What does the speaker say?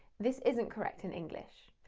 this isn't correct in english.